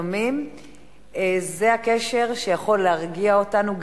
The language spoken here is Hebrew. לפעמים זה הקשר שיכול להרגיע אותנו,